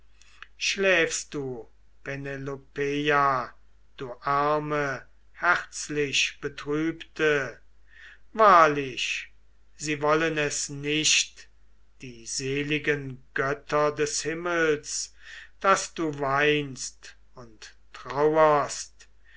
schläfst du penelopeia du arme herzlichbetrübte wahrlich sie wollen es nicht die seligen götter des himmels daß du weinst und trauerst